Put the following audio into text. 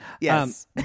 Yes